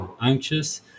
anxious